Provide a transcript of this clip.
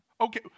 okay